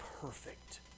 perfect